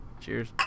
Cheers